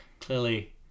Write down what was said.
clearly